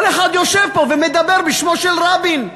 כל אחד יושב פה ומדבר בשמו של רבין.